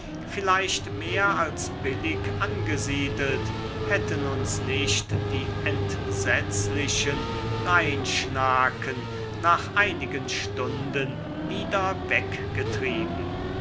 vielleicht mehr als billig angesiedelt hätten uns nicht die entsetzlichen rheinschnaken nach einigen stunden wieder weggetrieben